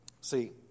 See